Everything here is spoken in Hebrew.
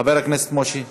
חבר הכנסת משה.